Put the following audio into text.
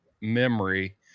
memory